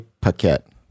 paquette